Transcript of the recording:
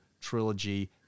trilogy